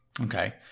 Okay